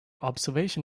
observation